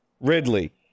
Ridley